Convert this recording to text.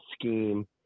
scheme